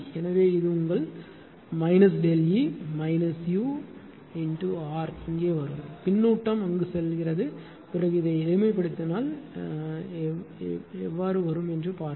எனவே இது உங்கள் minus ΔE minus U x R இங்கே வரும் பின்னூட்டம் அங்கு செல்லும் பிறகு இதை எளிமைப்படுத்தினால் எப்படி என்று பாருங்கள்